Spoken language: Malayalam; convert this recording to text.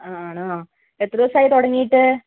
ആണോ എത്ര ദിവസമായി തുടങ്ങിയിട്ട്